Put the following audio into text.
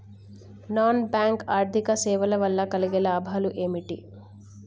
Non bank ఆర్థిక సేవల వల్ల కలిగే లాభాలు ఏమిటి?